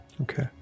Okay